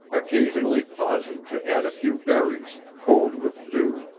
occasionally pausing to add a few berries, cold with dew,